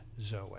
Zoe